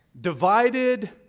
divided